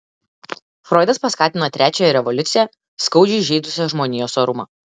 froidas paskatino trečiąją revoliuciją skaudžiai žeidusią žmonijos orumą